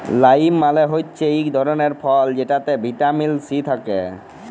lime মালে হচ্যে ইক ধরলের ফল যেটতে ভিটামিল সি থ্যাকে